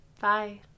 Bye